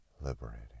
liberating